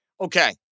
Okay